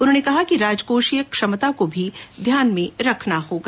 उन्होंने कहा कि राजकोषीय क्षमता को भी ध्यान में रखना होगा